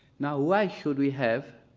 now why should we have